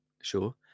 Sure